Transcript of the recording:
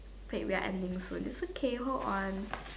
wait we are ending soon it's okay hold on